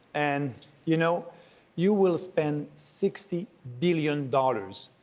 and you know you will spend sixty billion dollars.